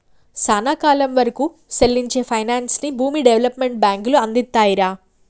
సానా కాలం వరకూ సెల్లించే పైనాన్సుని భూమి డెవలప్మెంట్ బాంకులు అందిత్తాయిరా